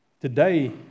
Today